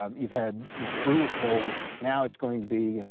um you've had brutal cold, now it's going to be,